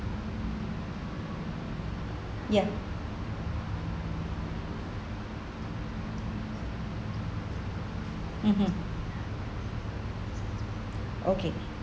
ya mmhmm okay